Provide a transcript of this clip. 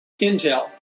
Intel